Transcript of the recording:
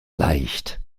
leicht